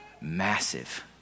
massive